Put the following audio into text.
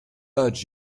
urge